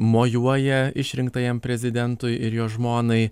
mojuoja išrinktajam prezidentui ir jo žmonai